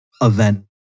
event